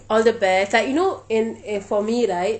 all the best like you know in uh for me right